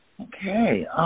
Okay